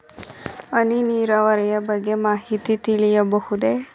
ಹನಿ ನೀರಾವರಿಯ ಬಗ್ಗೆ ಮಾಹಿತಿ ತಿಳಿಸಬಹುದೇ?